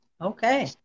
okay